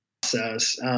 process